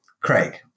Craig